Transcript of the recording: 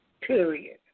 period